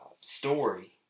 story